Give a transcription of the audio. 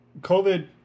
COVID